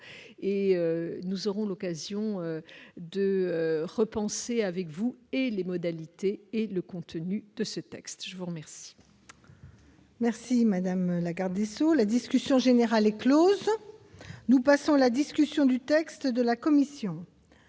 et nous aurons l'occasion de repenser avec vous et les modalités et le contenu de ce texte, je vous remercie. Merci Madame Lagarde sous la discussion générale est Close, nous passons la discussion du texte de la Commission,